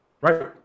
right